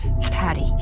Patty